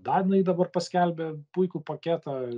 danai dabar paskelbė puikų paketą